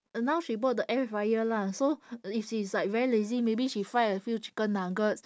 now she bought the air fryer lah so if she is like very lazy maybe she fry a few chicken nuggets